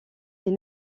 est